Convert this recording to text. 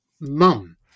mum